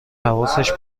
حواسش